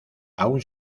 aun